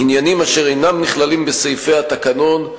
עניינים אשר אינם נכללים בסעיפי התקנון,